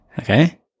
Okay